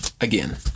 Again